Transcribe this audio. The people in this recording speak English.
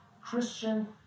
Christian